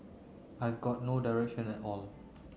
I've got no direction at all